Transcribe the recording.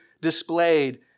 displayed